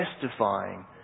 testifying